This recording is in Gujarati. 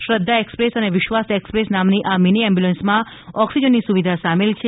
શ્રધ્ધા એકસ્પ્રેસ અને વિશ્વાસ એકસ્પ્રેસ નામની આ મીની એમ્બ્યુલન્સમાં ઓકિસજનની સુવિધા સામેલ છે